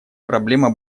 проблема